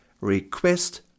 request